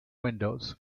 windows